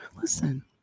Listen